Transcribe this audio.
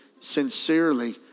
sincerely